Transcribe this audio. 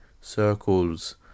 circles